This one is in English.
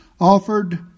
offered